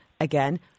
Again